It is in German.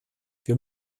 wir